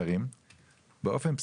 ואז נולד היטל אגרת השמירה,